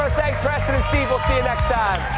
thank preston and steve. we'll see you next time.